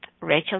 Rachel